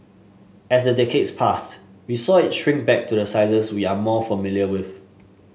as the decades passed we saw it shrink back to the sizes we are more familiar with